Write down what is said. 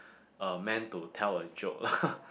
uh meant to tell a joke